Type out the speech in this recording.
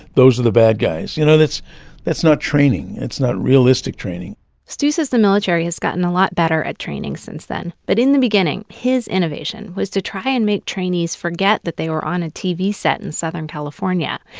those are the bad guys. you know that's that's not training. it's not realistic training stu says the military has gotten a lot better at training since then. but in the beginning, his innovation was to try and make trainees forget that they were on a tv set in southern california.